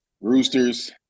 Roosters